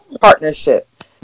partnership